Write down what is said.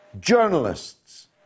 journalists